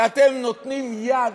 ואתן נותנות יד,